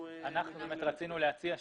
רצינו להציע,